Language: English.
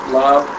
love